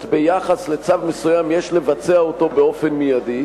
ביחס לצו מסוים יש לבצע אותו באופן מיידי?